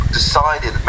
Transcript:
decided